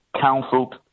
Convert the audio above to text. counseled